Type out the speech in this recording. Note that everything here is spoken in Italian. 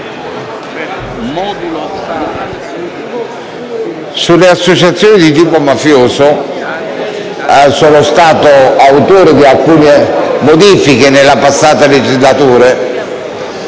sulle associazioni di tipo mafioso sono stato autore di alcune modifiche della normativa nella